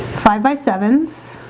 five by seven